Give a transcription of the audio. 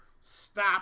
stop